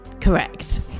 correct